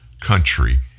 country